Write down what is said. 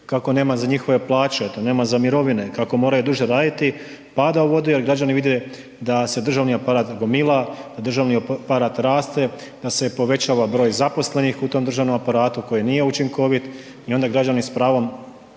kako nema za njihove plaće, kako nema za mirovine, kako moraju duže raditi pada u vodu jer građani da se državni aparat gomila, državni aparat raste, da se povećava broj zaposlenih u tom državnom aparatu koji nije učinkovit i onda građani s pravom